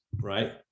right